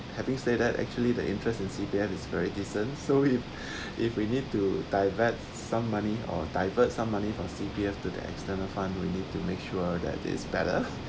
having said that actually the interest in C_P_F is very decent so if if we need to divert some money or divert some money from C_P_F to the external fund we need to make sure that it's better